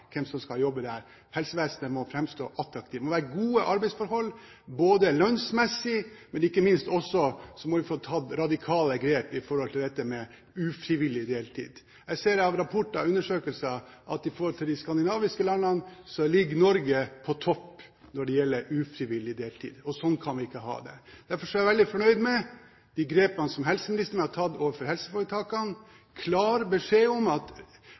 hvem som skal jobbe der. Helsevesenet må framstå som attraktivt. Det må være gode arbeidsforhold lønnsmessig, men ikke minst må vi også få tatt radikale grep når det gjelder dette med ufrivillig deltid. Jeg ser av rapporter og undersøkelser at i forhold til de skandinaviske landene ligger Norge på topp når det gjelder ufrivillig deltid, og sånn kan vi ikke ha det. Derfor er jeg veldig fornøyd med de grepene som helseministeren har tatt overfor helseforetakene: klar beskjed om at